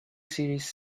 series